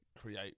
create